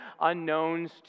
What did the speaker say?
unknowns